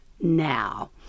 now